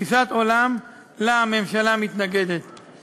תפיסת עולם שהממשלה מתנגדת לה.